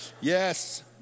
Yes